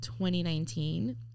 2019